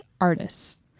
Artists